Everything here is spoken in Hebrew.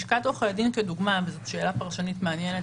לשכת עורכי הדין כדוגמה - וזאת שאלה פרשנית מעניינת